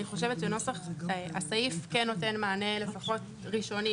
אני חושבת שנוסח הסעיף כן נותן מענה לפחות ראשוני